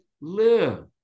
live